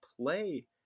play